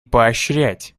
поощрять